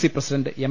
C president M